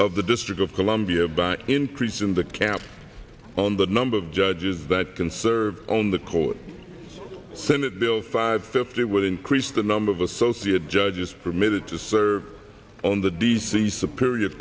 of the district of columbia by increasing the cap on the number of judges that can serve on the court senate bill five fifty will increase the number of associate judges permitted to serve on the d c superior